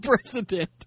president